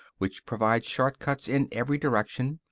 which provide short cuts in every direction,